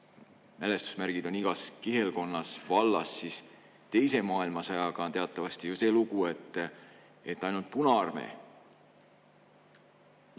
mälestusmärgid on igas kihelkonnas ja vallas, siis teise maailmasõjaga on teatavasti ju see lugu, et ainult Punaarmee